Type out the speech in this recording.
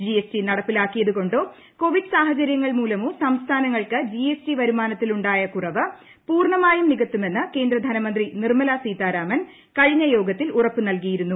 G S T നടപ്പിലാക്കിയിൽ കൊണ്ടോ Covid സാഹചര്യങ്ങൾ മൂലമോ സംസ്ഥിന്റങ്ങൾക്ക് ജി എസ് ടി വരുമാനത്തിൽ ഉണ്ടായ കുറവ് പ്പൂർണ്ണമായും നികത്തുമെന്ന് കേന്ദ്ര ധനമന്ത്രി നിർമല സീതാരാമൻ കഴിഞ്ഞ യോഗത്തിൽ ഉറപ്പുനൽകിയിരുന്നു